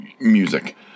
music